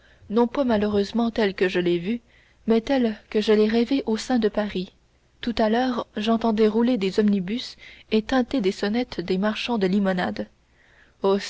non point malheureusement tel que je l'ai vu mais tel que je l'ai rêvé au sein de paris tout à l'heure j'entendais rouler des omnibus et tinter les sonnettes des marchands de limonades